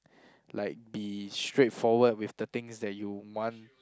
like be straightforward with the things that you want